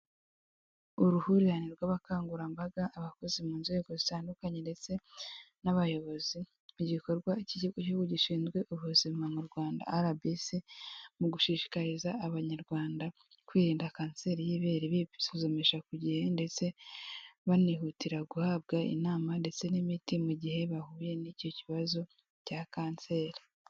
Uruhurirane rw'abakangurambaga abakozi mu nzego zitandukanye, ndetse n'abayobozi b'igikorwa cy'ikigo cy'igihugu gishinzwe ubuzima mu Rwanda rwa RBC mu gushishikariza Abanyarwanda kwirinda kanseri y'ibere, bisuzumisha ku gihe ndetse banihutira guhabwa inama ndetse n'imiti mu gihe bahuye n'icyo kibazo cya kanseri.